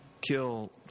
kill